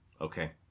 Okay